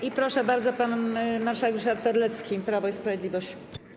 I proszę bardzo, pan marszałek Ryszard Terlecki, Prawo i Sprawiedliwość.